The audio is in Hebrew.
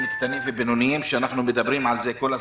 קטנים ובינוניים שאנחנו מדברים על זה כל הזמן,